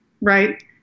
Right